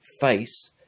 face